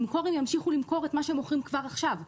הם ימשיכו למכור את מה שהם מוכרים כבר עכשיו,